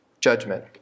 judgment